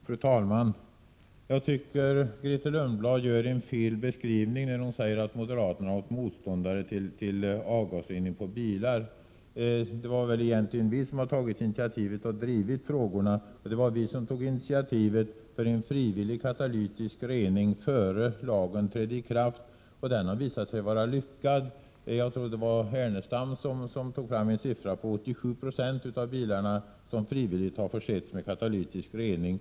Fru talman! Jag tycker att Grethe Lundblad ger en felaktig beskrivning när hon säger att moderaterna varit motståndare till avgasrening på bilar. Det är väl egentligen vi som tagit initiativet och drivit frågorna. Det var vi som tog initiativet till en frivillig katalytisk rening innan lagen trätt i kraft, och den har visat sig lyckad. Jag tror att det var Lars Ernestam som nämnde att 87 20 av bilarna frivilligt har försetts med katalytisk rening.